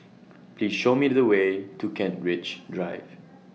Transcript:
Please Show Me The Way to Kent Ridge Drive